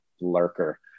lurker